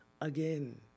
again